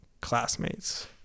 classmates